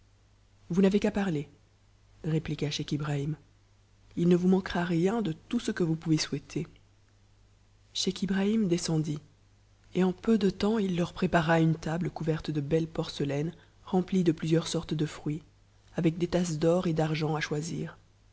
vous n'avez qu'à parler répliqua scheich ibrahim il ne vous manquera rien de tout ce que vous pouvez souhaiter scheich ibrahim descendit et en peu de temps il leur prépara une table couverte de belles porcelaines remplies de plusieurs sortes de fruits avec des tasses d'or et d'argent à choisir